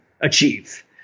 achieve